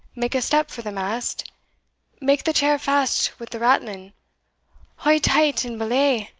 make a step for the mast make the chair fast with the rattlin haul taught and belay!